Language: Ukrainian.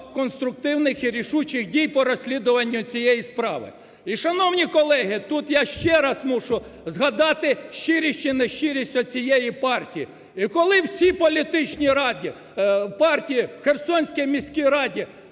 конструктивних і рішучих дій по розслідуванню цієї справи. І, шановні колеги, тут я ще раз мушу згадати щирість чи нещирість оцієї партії. І коли всі політичні партії у Херсонській міській раді